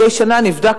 מדי שנה נבדק,